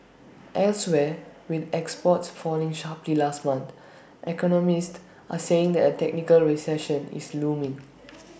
elsewhere with exports falling sharply last month economists are saying that A technical recession is looming